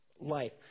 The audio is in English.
life